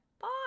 Bye